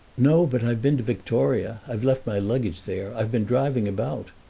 no, but i've been to victoria. i've left my luggage there i've been driving about.